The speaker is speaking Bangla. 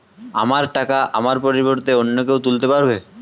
আমার টাকা আমার পরিবর্তে অন্য কেউ তুলতে পারবে?